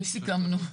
מי סיכמנו?